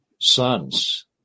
sons